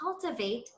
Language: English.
cultivate